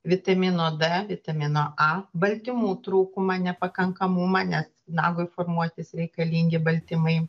vitamino d vitamino a baltymų trūkumą nepakankamumą nes nagui formuotis reikalingi baltymai